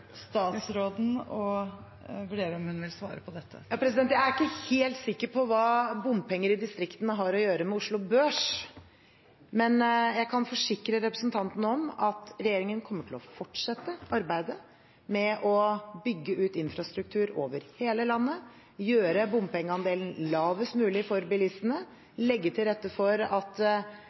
statsråden å vurdere om hun vil svare på dette. Jeg er ikke helt sikker på hva bompenger i distriktene har å gjøre med Oslo Børs, men jeg kan forsikre representanten om at regjeringen kommer til å fortsette arbeidet med å bygge ut infrastruktur over hele landet, gjøre bompengeandelen lavest mulig for bilistene og legge til rette for at